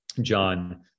John